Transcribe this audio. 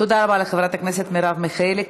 תודה רבה לחברת הכנסת מרב מיכאלי.